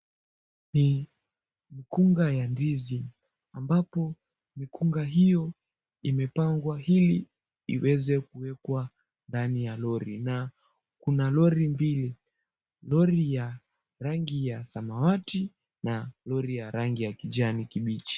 Mikunga ya ndizi ambapo mikunga hiyo imepangwa ili iweze kuwekwa ndani ya lori na kuna lori mbili. Lori ya rangi ya samawati na lori ya kijani kibichi.